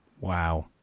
wow